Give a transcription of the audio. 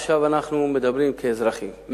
עכשיו אנחנו מדברים כאזרחים,